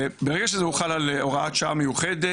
ברגע שזה הוחל על הוראת שעה מיוחדת,